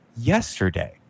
yesterday